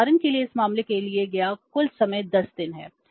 उदाहरण के लिए इस मामले में लिया गया कुल समय 10 दिन है